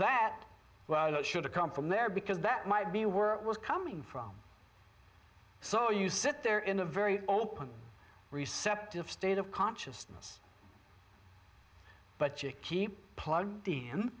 it should have come from there because that might be worth was coming from so you sit there in a very open receptive state of consciousness but you keep plugged in